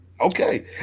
Okay